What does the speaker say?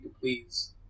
please